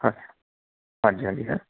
ਹਾਂ ਹਾਂਜੀ ਹਾਂਜੀ ਹਾਂ